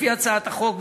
לפי הצעת החוק,